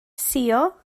suo